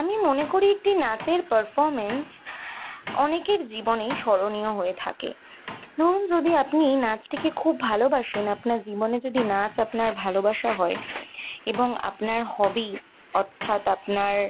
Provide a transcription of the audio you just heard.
আমি মনে করি একটি নাচের পারফর্মেন্স আনেকের জীবনেই স্মরণীয় হয়ে থাকে ধরুন যদি আপনি নাচটিকে খুব ভালোবাসেন আপনার জীবনে যদি নাচ আপনার ভালোবাসা হয় এবং আপনার হবি অর্থাৎ আপনার